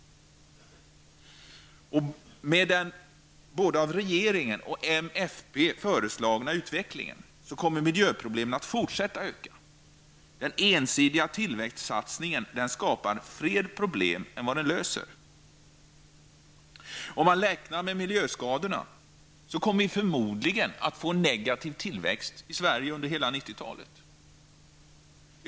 Både med den av regeringen och av moderaterna och folkpartiet föreslagna utvecklingen kommer miljöproblemen att fortsätta att öka. Den ensidiga tillväxtsatsningen skapar fler problem än den löser. Om man räknar med miljöskadorna, kommer vi förmodligen att få en negativ tillväxt i Sverige under hela 90-talet.